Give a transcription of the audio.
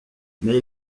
mais